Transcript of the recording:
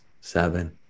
seven